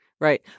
Right